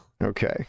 okay